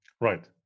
Right